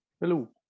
Hello